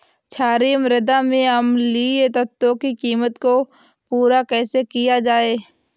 क्षारीए मृदा में अम्लीय तत्वों की कमी को पूरा कैसे किया जाए?